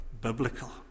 biblical